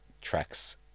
tracks